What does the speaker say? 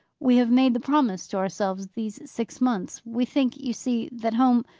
we have made the promise to ourselves these six months. we think, you see, that home